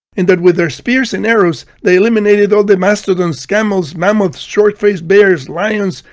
and that with their spears and arrows they eliminated all the mastodons, camels, mammoths, short-faced bears, lions,